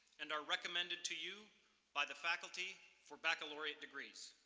and are recommended to you by the faculty for baccalaureate degrees.